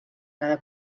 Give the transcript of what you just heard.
cada